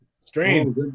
strange